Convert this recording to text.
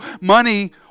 Money